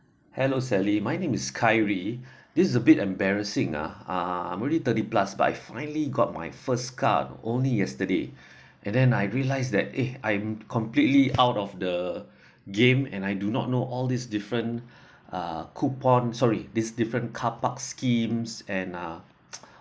hello sally my name is kairi this is a bit embarrassing ah uh I'm already thirty plus by finally got my first car only yesterday and then I realise that eh I'm completely out of the game and I do not know all these different uh coupon sorry this different carpark schemes and uh